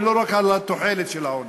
ולא רק על תחולת העוני.